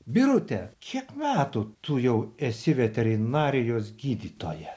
birute kiek metų tu jau esi veterinarijos gydytoja